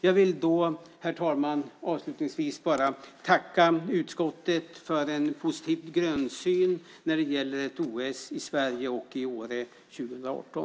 Jag vill avslutningsvis tacka utskottet för en positiv grundsyn när det gäller ett OS i Sverige och Åre 2018.